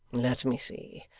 let me see.